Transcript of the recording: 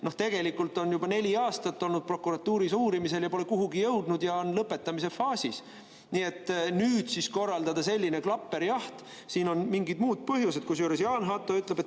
asi tegelikult on juba neli aastat olnud prokuratuuris uurimisel, pole kuhugi jõudnud ja on lõpetamise faasis. Nii et nüüd siis korraldada selline klaperjaht – siin on mingid muud põhjused. Kusjuures Jaan Hatto ütleb, et